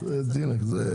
טובים.